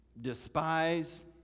despise